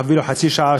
אפילו חצי שעה,